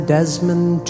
Desmond